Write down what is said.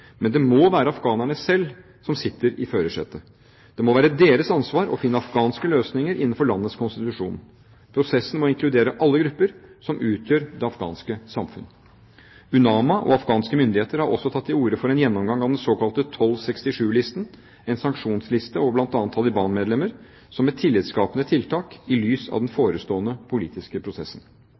men det må være afghanerne selv som sitter i førersetet. Det må være deres ansvar å finne afghanske løsninger innenfor landets konstitusjon. Prosessen må inkludere alle grupper som utgjør det afghanske samfunn. UNAMA og afghanske myndigheter har også tatt til orde for en gjennomgang av den såkalte 1267-listen, en sanksjonsliste over bl.a. Taliban-medlemmer, som et tillitskapende tiltak i lys av den forestående politiske prosessen.